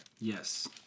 Yes